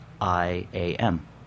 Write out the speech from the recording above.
I-A-M